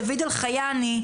דוד אלחייני,